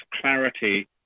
clarity